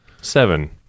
Seven